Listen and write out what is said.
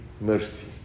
mercy